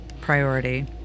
priority